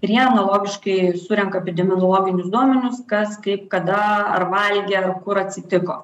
ir jie analogiškai surenka epidemiologinius duomenis kas kaip kada ar valgė kur atsitiko